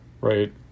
right